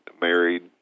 married